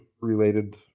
related